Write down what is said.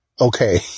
Okay